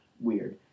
weird